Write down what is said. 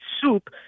soup